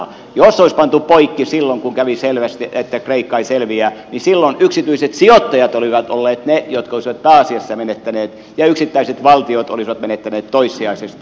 jos olisi pantu poikki silloin kun kävi selväksi että kreikka ei selviä niin silloin yksityiset sijoittajat olisivat olleet ne jotka olisivat pääasiassa menettäneet ja yksittäiset valtiot olisivat menettäneet toissijaisesti